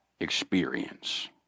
experience